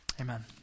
amen